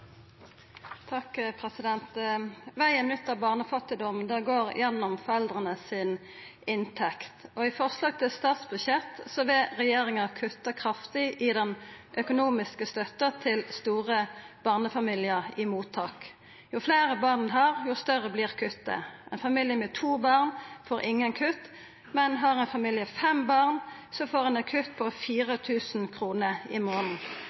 Vegen ut av barnefattigdom går gjennom foreldra si inntekt. I forslaget til statsbudsjett vil regjeringa kutta kraftig i den økonomiske støtta til store barnefamiliar i mottak. Jo fleire barn ein har, jo større vert kuttet. Ein familie med to barn får ingen kutt, men har ein familie fem barn, får ein kutt på 4 000 kr i